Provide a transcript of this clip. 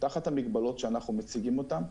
תחת המגבלות שאנחנו מציגים אותן,